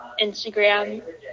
Instagram